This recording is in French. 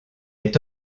est